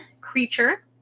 creature